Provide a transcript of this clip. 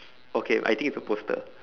okay I think it's a poster